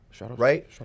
Right